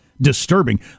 disturbing